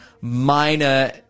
minor